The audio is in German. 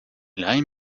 leih